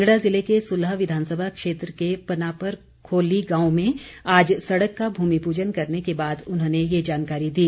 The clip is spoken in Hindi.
कांगड़ा जिले के सुलह विधानसभा क्षेत्र के पनापर खोली गांव में आज सड़क का भूमि पूजन करने के बाद उन्होंने ये जानकारी दी